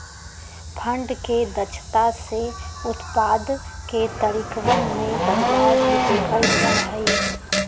fund के दक्षता से उत्पाद के तरीकवन में बदलाव भी देखल जा हई